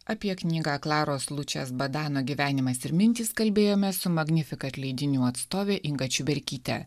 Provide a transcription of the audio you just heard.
apie knygą klaros lučės badano gyvenimas ir mintys kalbėjomės su magnifikat leidinių atstove inga čiuberkyte